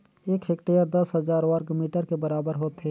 एक हेक्टेयर दस हजार वर्ग मीटर के बराबर होथे